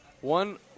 one